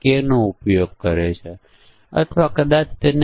ચાલો પહેલા કારણો અને અસરોની ઓળખ કરીએ